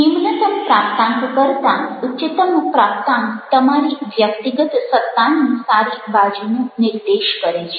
નિમ્નતમ પ્રાપ્તાંક કરતાં ઉચ્ચતમ પ્રાપ્તાંક તમારી વ્યક્તિગત સત્તાની સારી બાજુનો નિર્દેશ કરે છે